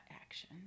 action